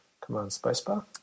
Command-Spacebar